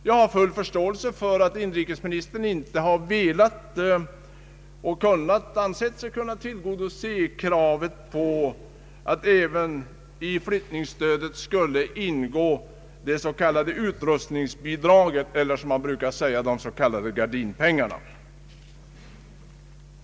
Jag har full förståelse för att inrikesministern inte ansett sig kunna tillgodose kravet på att flyttningsstödet även skulle omfatta det utrustningsbidrag som man brukar kalla ”gardinpengar”.